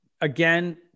again